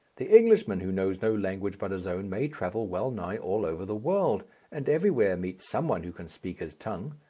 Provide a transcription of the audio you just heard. the englishman who knows no language but his own may travel well-nigh all over the world and everywhere meet some one who can speak his tongue.